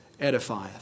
edifieth